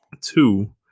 Two